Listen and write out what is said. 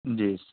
جی